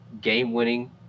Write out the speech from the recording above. game-winning